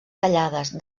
tallades